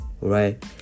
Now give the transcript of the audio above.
right